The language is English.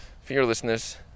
fearlessness